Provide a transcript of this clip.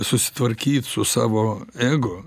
susitvarkyt su savo ego